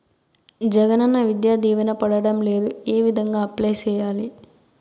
జగనన్న విద్యా దీవెన పడడం లేదు ఏ విధంగా అప్లై సేయాలి